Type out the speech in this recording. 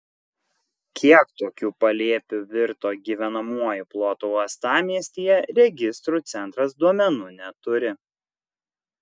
kiek tokių palėpių virto gyvenamuoju plotu uostamiestyje registrų centras duomenų neturi